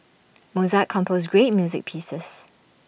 Mozart composed great music pieces